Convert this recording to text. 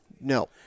No